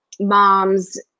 moms